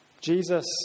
Jesus